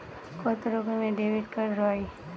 কত রকমের ডেবিটকার্ড হয়?